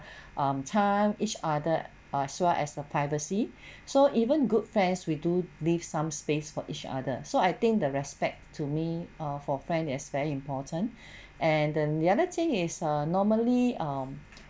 um time each other as well as the privacy so even good friends we do leave some space for each other so I think the respect to me err for friend is very important and the the other thing is err normally um